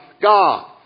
God